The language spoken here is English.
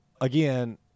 again